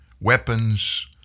weapons